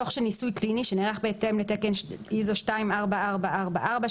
יכלול דוח של ניסוי קליני שנערך בהתאם לתקן 24444 ISO,